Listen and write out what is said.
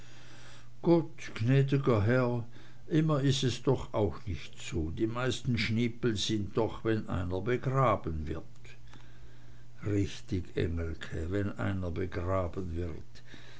gott gnädiger herr immer is es doch auch nicht so die meisten schniepel sind doch wenn einer begraben wird richtig engelke wenn einer begraben wird